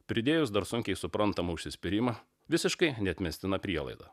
pridėjus dar sunkiai suprantamą užsispyrimą visiškai neatmestina prielaida